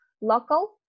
local